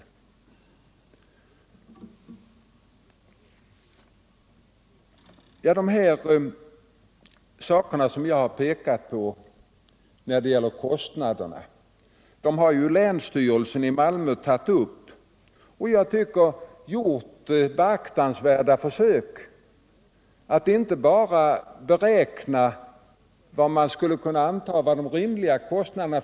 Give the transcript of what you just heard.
De förhållanden jag har visat på när det gäller kostnaderna har länsstyrelsen i Malmö tagit upp. Länsstyrelsen har, tycker jag, gjort aktningsvärda försök att beräkna vad man skulle kunna anta vore de rimliga kostnaderna.